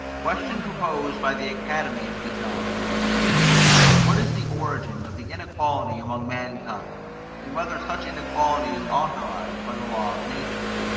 question proposed by the academy of dijon what is the origin of the inequality among mankind and whether such inequality is authorized by the law of nature?